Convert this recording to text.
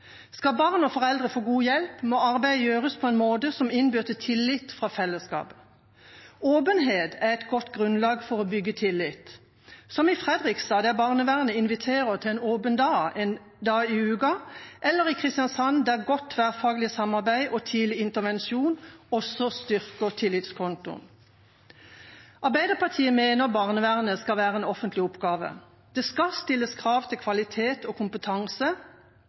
Skal barn og foreldre få god hjelp, må arbeidet gjøres på en måte som innbyr til tillit fra fellesskapet. Åpenhet er et godt grunnlag for å bygge tillit, som i Fredrikstad, der barnevernet inviterer til en åpen dag en dag i uka, eller i Kristiansand, der godt tverrfaglig samarbeid og tidlig intervensjon også styrker tillitskontoen. Arbeiderpartiet mener barnevernet skal være en offentlig oppgave. Det skal stilles krav til kvalitet og kompetanse,